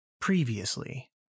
previously